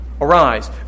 Arise